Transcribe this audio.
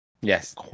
Yes